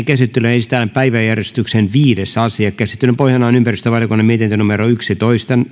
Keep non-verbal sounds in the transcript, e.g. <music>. <unintelligible> käsittelyyn esitellään päiväjärjestyksen viides asia käsittelyn pohjana on ympäristövaliokunnan mietintö yksitoista